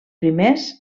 primers